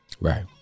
Right